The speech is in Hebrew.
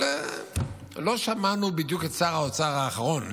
אבל לא שמענו בדיוק את שר האוצר האחרון,